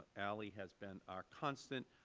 ali has been our constant.